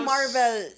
Marvel